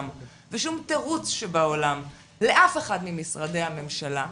ושום תירוץ שבעולם לאף אחד ממשרדי הממשלה,